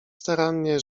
starannie